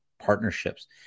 partnerships